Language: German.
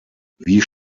wie